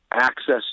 access